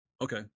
Okay